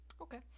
Okay